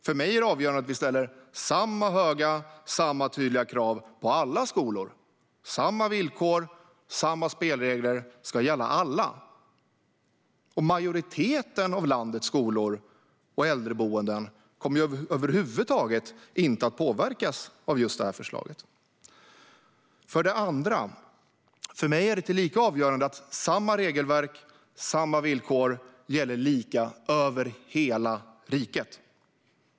För mig är det avgörande att vi ställer samma höga och tydliga krav på alla skolor. Samma villkor och spelregler ska gälla alla. Majoriteten av landets skolor och äldreboenden kommer över huvud taget inte att påverkas av det här förslaget. För det andra: För mig är det tillika avgörande att samma regelverk, samma villkor, gäller lika över hela riket.